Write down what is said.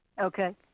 Okay